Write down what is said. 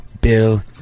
Bill